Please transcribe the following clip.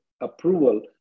approval